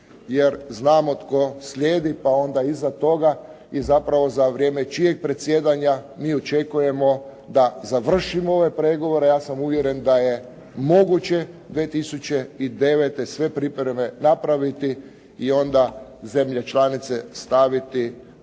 jer znamo tko slijedi, pa onda iza toga i zapravo za vrijeme čijeg predsjedanja mi očekujemo da završimo ove pregovore. Ja sam uvjeren da je moguće 2009. sve pripreme napraviti i onda zemlje članice staviti i